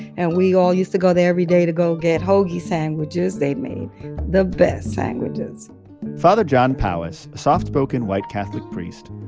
and we all used to go there every day to go get hoagie sandwiches. they made the best sandwiches father john powis, a soft-spoken white catholic priest,